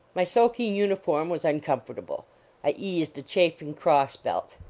my soaking uniform was uncomfortable i eased a chafing cross-belt.